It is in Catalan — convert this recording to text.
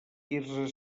quirze